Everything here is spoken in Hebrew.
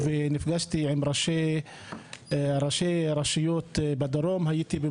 נפגשתי עם ראשי רשויות בדרום.